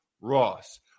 Ross